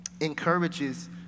encourages